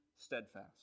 steadfast